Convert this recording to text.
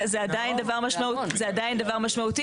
זה עדיין דבר משמעות זה עדיין דבר משמעותי